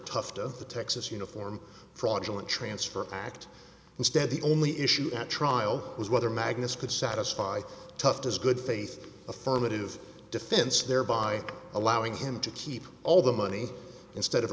toughed of the texas uniform fraudulent transfer act instead the only issue at trial was whether magnus could satisfy tough does good faith affirmative defense thereby allowing him to keep all the money instead of